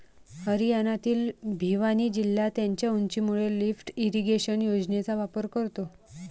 हरियाणातील भिवानी जिल्हा त्याच्या उंचीमुळे लिफ्ट इरिगेशन योजनेचा वापर करतो